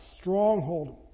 stronghold